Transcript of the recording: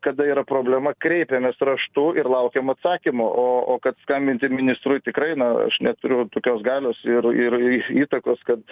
kada yra problema kreipiamės raštu ir laukiam atsakymo o o kad skambinti ministrui tikrai na aš neturiu tokios galios ir ir įtakos kad